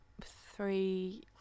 three